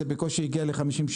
זה בקושי הגיע ל-50,000,